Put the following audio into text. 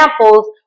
examples